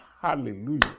hallelujah